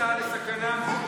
זה מקובל עליך שחיילי צה"ל בסכנה?